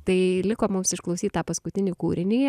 tai liko mums išklausyt tą paskutinį kūrinį